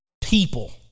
people